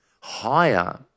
higher